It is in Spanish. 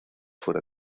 fuera